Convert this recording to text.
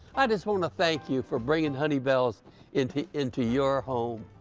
i just want to thank you for bringing honey pulse into into your home.